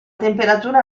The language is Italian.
temperatura